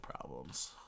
problems